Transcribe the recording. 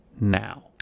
now